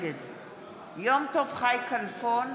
נגד יום טוב חי כלפון,